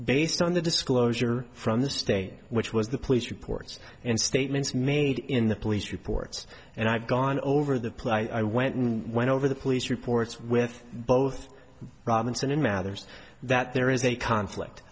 based on the disclosure from the state which was the police reports and statements made in the police reports and i've gone over the place i went and went over the police reports with both robinson in matters that there is a conflict